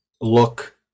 look